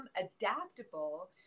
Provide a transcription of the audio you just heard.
adaptable